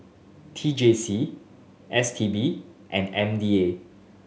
T J C S T B and M D A